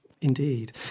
indeed